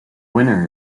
winner